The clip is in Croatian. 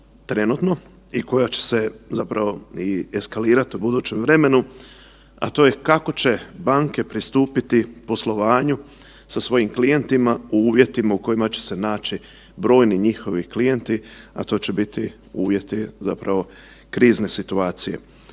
trenutno i koja će se zapravo i eskalirati u budućem vremenu, a to je kako će banke pristupiti poslovanju sa svojim klijentima u uvjetima u kojima će se naći brojni njihovi klijenti, a to će biti uvjeti zapravo krizne situacije.